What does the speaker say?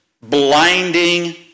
blinding